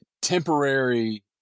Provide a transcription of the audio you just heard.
temporary